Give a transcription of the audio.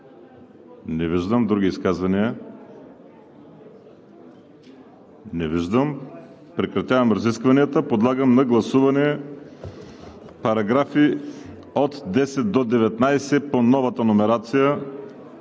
Не виждам. Други изказвания? Не виждам. Прекратявам разискванията. Подлагам на гласуване параграфи от 10 до 19 с новата номерация